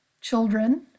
children